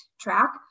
track